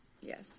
Yes